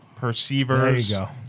perceivers